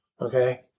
Okay